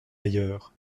ailleurs